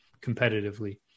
competitively